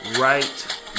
right